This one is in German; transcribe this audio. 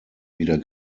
wieder